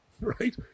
right